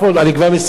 אני כבר מסיים,